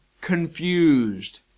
confused